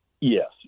Yes